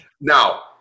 Now